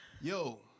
Yo